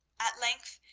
at length,